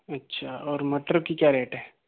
अच्छा और मटर की क्या रेट है